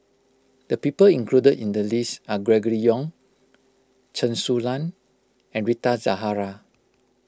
the people included in the list are Gregory Yong Chen Su Lan and Rita Zahara